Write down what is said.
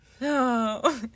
No